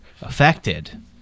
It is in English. affected –